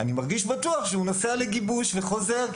אני מרגיש בטוח שהוא נוסע לגיבוש וחוזר,